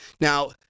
Now